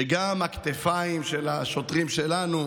וגם הכתפיים של השוטרים שלנו,